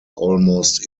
almost